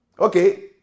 Okay